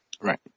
right